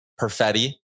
Perfetti